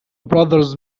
brothers